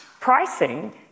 pricing